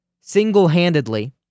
single-handedly